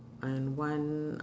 and one